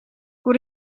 what